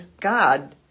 God